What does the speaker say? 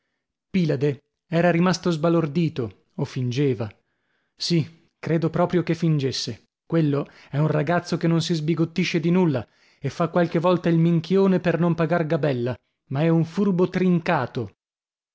pilade era rimasto sbalordito o fingeva sì credo proprio che fingesse quello è un ragazzo che non si sbigottisce di nulla e fa qualche volta il minchione per non pagar gabella ma è un furbo trincato